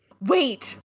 Wait